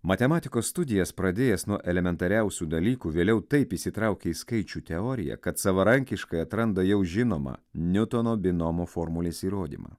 matematikos studijas pradėjęs nuo elementariausių dalykų vėliau taip įsitraukia į skaičių teoriją kad savarankiškai atranda jau žinoma niutono binomo formulės įrodymą